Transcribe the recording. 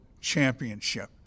Championship